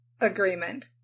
agreement